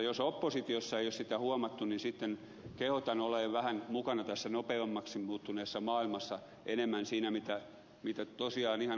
jos oppositiossa ei ole sitä huomattu niin sitten kehotan olemaan vähän mukana tässä nopeammaksi muuttuneessa maailmassa enemmän siinä mitä tosiaan ihan oikeasti tapahtuu